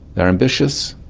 they're ambitious,